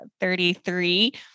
33